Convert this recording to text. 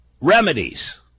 remedies